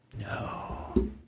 No